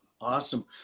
Awesome